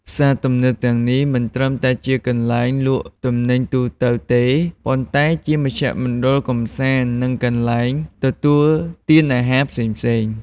ផ្សារទំនើបទាំងនេះ មិនត្រឹមតែជាកន្លែងលក់ទំនិញទូទៅទេ ប៉ុន្តែជាមជ្ឈមណ្ឌលកម្សាន្ត និងកន្លែងទទួលទានអាហារផ្សេងៗ។